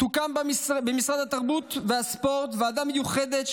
תוקם במשרד התרבות והספורט ועדה מיוחדת,